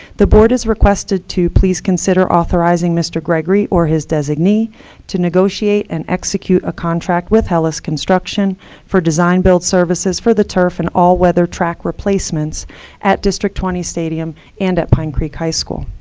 the board is requested to please consider authorizing mr. gregory or his designee to negotiate and execute a contract with hellis construction for design build services for the turf and all weather track replacements at district twenty stadium and at pine creek high school.